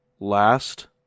Last